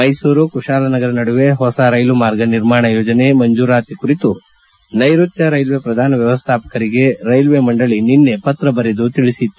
ಮೈಸೂರು ಕುಶಾಲನಗರ ನಡುವೆ ಹೊಸ ರೈಲು ಮಾರ್ಗ ನಿರ್ಮಾಣ ಯೋಜನೆ ಮಂಜೂರಾತಿ ಕುರಿತು ನೈಋತ್ಯ ರೈಲ್ವೆ ಪ್ರಧಾನ ವ್ಯವಸ್ಥಾಪಕರಿಗೆ ರೈಲ್ವೆ ಮಂಡಳಿ ನಿನ್ನೆ ಪತ್ರ ಬರೆದು ತಿಳಿಸಿದೆ